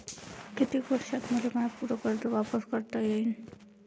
कितीक वर्षात मले माय पूर कर्ज वापिस करता येईन?